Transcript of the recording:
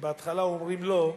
שבהתחלה אומרים לא,